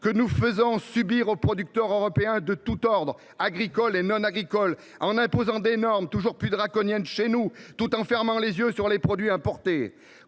que nous faisons subir aux producteurs européens de tous ordres, agricoles et non agricoles, en imposant des normes toujours plus draconiennes chez nous tout en fermant les yeux sur les produits importés.